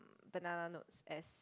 banana notes as